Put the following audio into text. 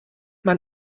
man